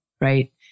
right